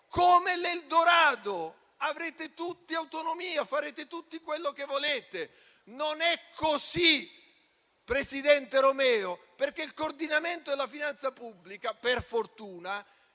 come l'Eldorado: avrete tutti l'autonomia e farete tutti quello che volete. Non è così, presidente Romeo, perché il coordinamento della finanza pubblica, per fortuna,